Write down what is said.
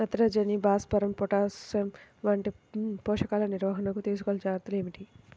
నత్రజని, భాస్వరం, పొటాష్ వంటి పోషకాల నిర్వహణకు తీసుకోవలసిన జాగ్రత్తలు ఏమిటీ?